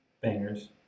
Bangers